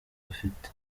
bafite